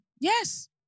Yes